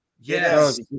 yes